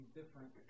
different